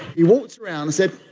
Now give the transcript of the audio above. he walked around and said,